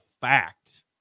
fact